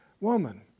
woman